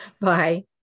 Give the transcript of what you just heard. Bye